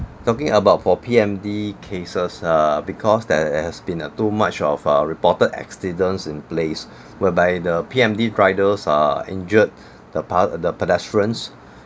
talking about for P_M_D cases err because there has been uh too much of uh reported accidents in place whereby the P_M_D riders are injured the part the pedestrians